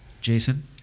Jason